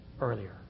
earlier